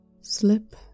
Slip